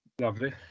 lovely